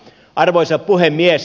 arvoisa puhemies